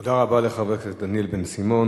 תודה רבה לחבר הכנסת דניאל בן-סימון.